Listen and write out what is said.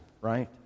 right